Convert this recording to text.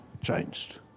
changed